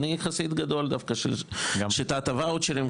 אני חסיד גדול של שיטת הוואצ'רים.